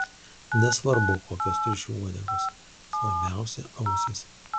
nesvarbu kokios triušių uodegos svarbiausia ausys